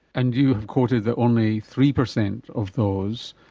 and you have quoted that only three percent of those,